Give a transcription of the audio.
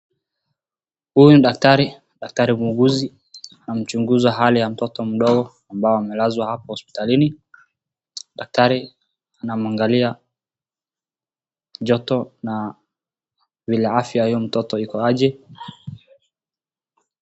Huyu ni dakatari, daktari muuguzi anamchuguza hali ya mtoto mdogo ambao amelazwa hapo hospitalini. Daktari anamwangalia joto na vile afya ya huyo mtoto iko aje.